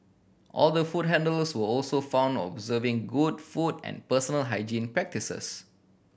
all the food handlers were also found observing good food and personal hygiene practices